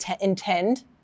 intend